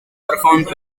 performed